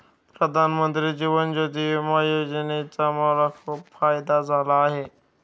प्रधानमंत्री जीवन ज्योती विमा योजनेचा मला खूप फायदा झाला आहे